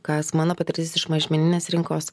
kas mano patirtis iš mažmeninės rinkos